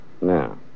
Now